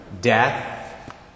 Death